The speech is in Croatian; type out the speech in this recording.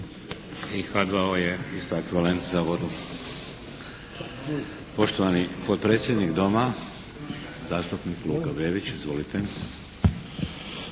I H2O je isto ekvivalent za vodu. Poštovani potpredsjednik Doma, zastupnik Luka Bebić. Izvolite.